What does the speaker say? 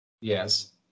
Yes